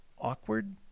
awkward